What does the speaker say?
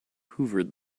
hoovered